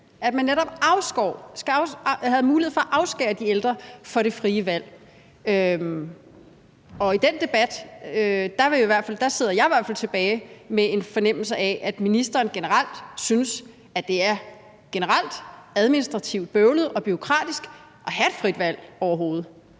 at man netop havde mulighed for at afskære de ældre fra det frie valg. I den debat sidder jeg i hvert fald tilbage med en fornemmelse af, at ministeren generelt synes, at det er administrativt bøvlet og bureaukratisk, at man overhovedet